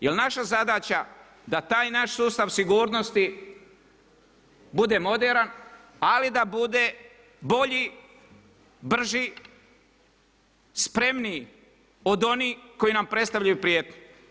Jel' naša zadaća da taj naš sustav sigurnosti bude moderan, ali da bude bolji, brži, spremniji od onih koji nam predstavljaju prijetnju?